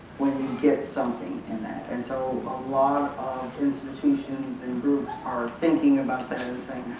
when you get something in that and so a lot of institutions and groups are thinking about that and saying,